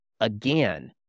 Again